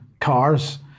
cars